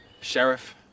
Sheriff